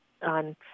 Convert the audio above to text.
on